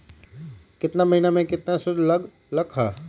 केतना महीना में कितना शुध लग लक ह?